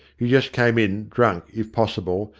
you just came in, drunk if possible,